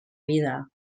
vida